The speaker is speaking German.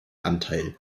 anteil